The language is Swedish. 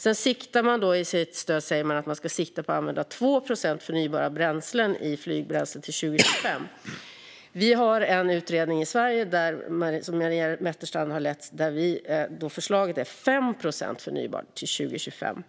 Frankrike säger också att man i sitt stöd ska sikta på att använda 2 procent förnybara bränslen i flyget till 2025. Vi har en utredning i Sverige som Maria Wetterstrand har lett där förslaget är 5 procent förnybart till 2025.